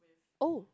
oh